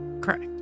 Correct